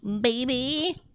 Baby